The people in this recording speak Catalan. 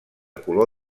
color